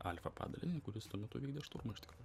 alfa padalinį kuris tuo metu vykdė šturmą iš tikrųjų